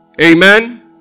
amen